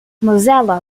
mozilla